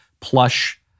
plush